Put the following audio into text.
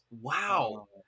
Wow